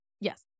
Yes